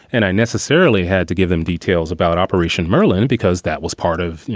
and i necessarily had to give them details about operation merlin, because that was part of, you